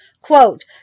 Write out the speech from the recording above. Quote